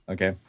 Okay